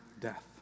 death